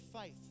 faith